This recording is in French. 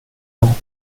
lent